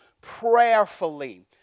prayerfully